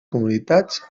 comunitats